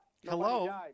hello